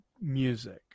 music